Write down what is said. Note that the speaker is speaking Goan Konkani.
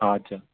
आं अच्छा